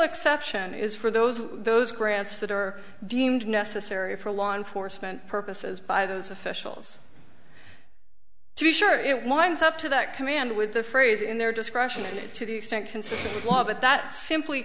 exception is for those those grants that are deemed necessary for law enforcement purposes by those officials to be sure it winds up to that command with the phrase in their discretion to the extent consistent with law but that simply